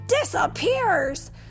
disappears